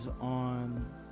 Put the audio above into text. on